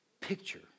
picture